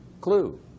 clue